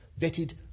vetted